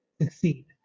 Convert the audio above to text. succeed